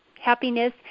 Happiness